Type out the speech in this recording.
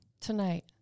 Tonight